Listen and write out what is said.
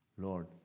Lord